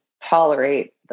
tolerate